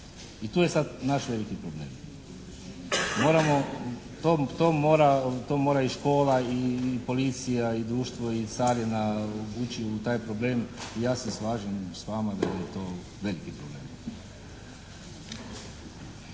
I tu je sad naš veliki problem. Moramo, to mora i škola i policija i društvo i carina ući u taj problem. I ja se slažem sa vama da je to veliki problem.